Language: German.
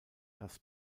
das